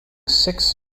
six